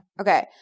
okay